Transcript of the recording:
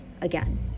again